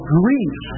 grief